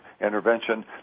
intervention